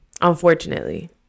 Unfortunately